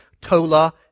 Tola